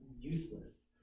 useless